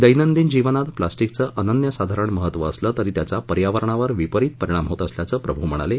दैनंदिन जीवनात प्लॉस्टिकच अनन्यसाधारण महत्त्व असलं तरी त्याचा पर्यावरणावर विपरीत परिणाम होत असल्याचं प्रभू म्हणाले